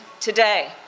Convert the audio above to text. today